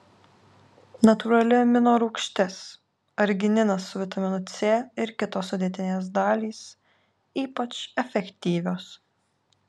natūrali amino rūgštis argininas su vitaminu c ir kitos sudėtinės dalys ypač efektyvios